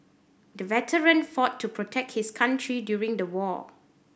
the veteran fought to protect his country during the war